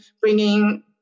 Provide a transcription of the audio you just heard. bringing